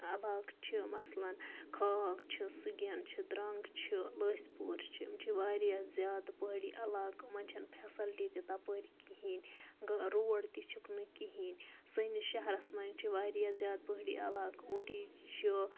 عَلاقہٕ چھِ مَثلاً کھاگ چھُ سُگیَن چھُ درَنٛگ چھُ لٔسۍپوٗر چھِ یِم چھِ واریاہ زیادٕ پہٲڑی عَلاقہٕ یِمَن چھَنہٕ پھیسَلٹی تہِ تَپٲرۍ کِہیٖنۍ گہ روڈ تہِ چھِکھ نہٕ کِہیٖنۍ سٲنِس شَہرَس مَنٛز چھِ واریاہ زیادٕ پہٲڑی عَلاقہٕ اوٗڑی چھِ